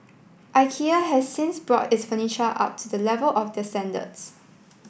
Ikea has since brought its furniture up to the level of the standards